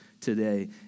today